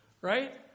Right